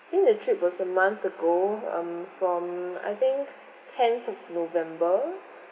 I think the trip was a month ago um from I think tenth of november